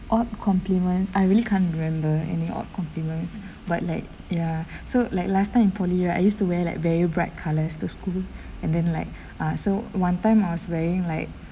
odd compliments I really can't remember any odd compliment but like ya so like last time in poly right I used to wear like very bright colours to school and then like ah so one time I was wearing like